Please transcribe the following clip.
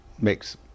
makes